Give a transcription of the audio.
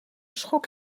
schok